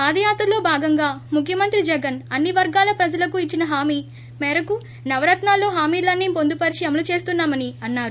పాదయాత్రలో భాగంగా ముఖ్యమంత్రి జగన్ అన్ని వర్గాల ప్రజలకు ఇచ్చిన హామీ మేరకు నవరత్నాల్లో హామీలన్ని పొందుపరచి అమలు చేస్తున్నామని అన్నారు